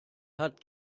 hat